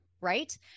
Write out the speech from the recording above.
Right